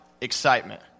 excitement